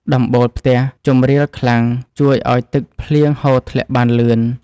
ដំបូលផ្ទះជម្រាលខ្លាំងជួយឱ្យទឹកភ្លៀងហូរធ្លាក់បានលឿន។